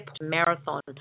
Marathon